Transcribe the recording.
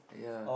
yeah